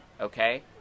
okay